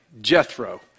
Jethro